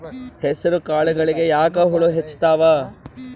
ಹೆಸರ ಕಾಳುಗಳಿಗಿ ಯಾಕ ಹುಳ ಹೆಚ್ಚಾತವ?